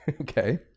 Okay